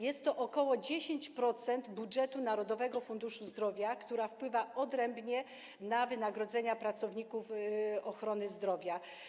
Jest to ok. 10% budżetu Narodowego Funduszu Zdrowia, która to część wpływa odrębnie na wynagrodzenia pracowników ochrony zdrowia.